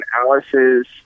Alice's